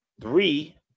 three